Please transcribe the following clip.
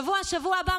השבוע או בשבוע הבא,